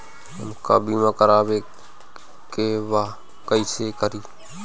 हमका बीमा करावे के बा कईसे करी?